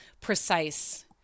precise